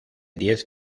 diez